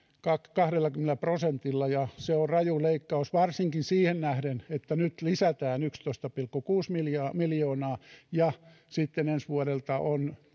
kahdellakymmenellä prosentilla ja se on raju leikkaus varsinkin siihen nähden että nyt lisätään yksitoista pilkku kuusi miljoonaa miljoonaa ja sitten ensi vuodelta on